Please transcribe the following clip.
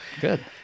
good